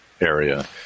area